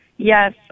Yes